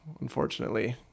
unfortunately